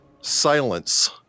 Silence